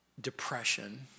depression